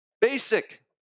Basic